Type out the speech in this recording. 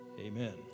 Amen